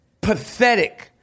pathetic